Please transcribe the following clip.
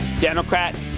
Democrat